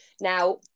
Now